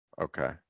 Okay